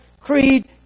creed